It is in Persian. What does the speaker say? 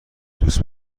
دوست